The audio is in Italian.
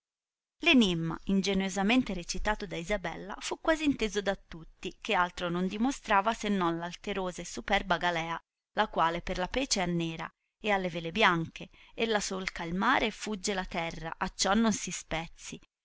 enimma ingeniosamente recitato da isabella fu quasi inteso da tutti che altro non dimostrava se non l'alterosa e superba galea la quale per la pece è nera ed ha le vele bianche ella solca il mare e fugge la terra acciò non si spezzi